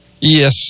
Yes